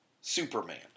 Superman